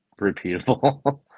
repeatable